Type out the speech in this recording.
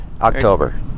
October